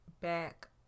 back